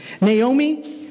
Naomi